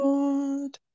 Lord